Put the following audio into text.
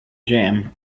jam